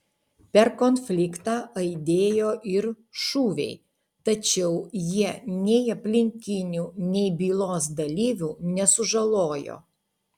per konfliktą aidėjo ir šūviai tačiau jie nei aplinkinių nei bylos dalyvių nesužalojo